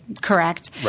correct